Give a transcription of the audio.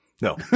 No